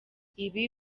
ibi